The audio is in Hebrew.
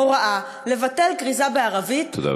הוראה לבטל כריזה בערבית, תודה רבה.